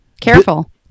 Careful